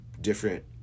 different